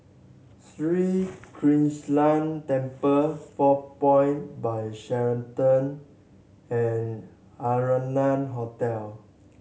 Sri Krishnan Temple Four Points By Sheraton and Arianna Hotel